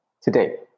today